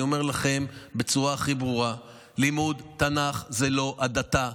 אני אומר לכם בצורה הכי ברורה: לימוד תנ"ך הוא לא הדתה.